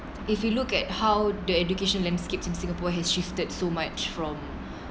if you look at how the education landscapes in singapore has shifted so much from